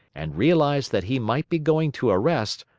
and realized that he might be going to arrest,